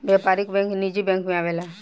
व्यापारिक बैंक निजी बैंक मे आवेला